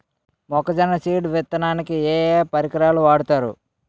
మొక్కజొన్న సీడ్ విత్తడానికి ఏ ఏ పరికరాలు వాడతారు?